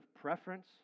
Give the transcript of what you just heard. preference